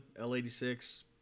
l86